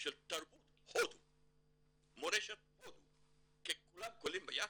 של תרבות מורשת הודו כי כולם קונים ביחד,